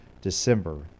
December